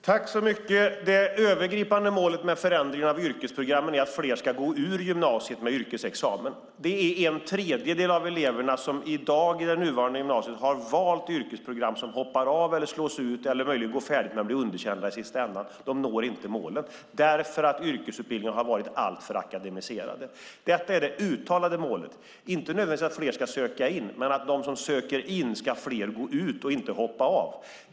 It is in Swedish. Fru talman! Det övergripande målet med förändringen av yrkesprogrammen är att fler ska gå ut gymnasiet med yrkesexamen. Det är i dag en tredjedel av de elever i det nuvarande gymnasiet som har valt yrkesprogram som hoppar av, slås ut eller möjligen går färdigt men blir underkända i slutänden. De når inte målet därför att yrkesutbildningarna har varit alltför akademiserade. Detta är det uttalade målet, inte nödvändigtvis att fler ska söka in men att av dem som söker in ska fler gå ut och inte hoppa av.